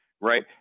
right